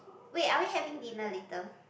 wait are we having dinner later